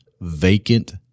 vacant